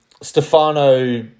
Stefano